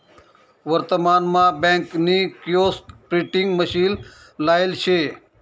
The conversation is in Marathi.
वर्तमान मा बँक नी किओस्क प्रिंटिंग मशीन लायेल शे